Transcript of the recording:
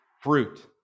fruit